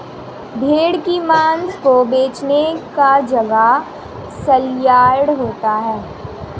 भेड़ की मांस को बेचने का जगह सलयार्ड होता है